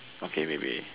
okay maybe